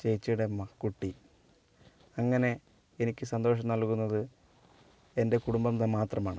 ചേച്ചിയുടെ കുട്ടി അങ്ങനെ എനിക്ക് സന്തോഷം നൽകുന്നത് എൻ്റെ കുടുംബം മാത്രമാണ്